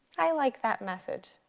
i like that message.